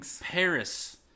Paris